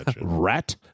Rat